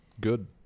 good